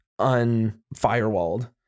unfirewalled